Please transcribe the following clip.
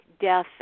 death